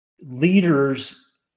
leaders